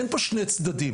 אין פה שני צדדים,